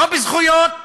לא בזכויות,